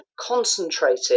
concentrated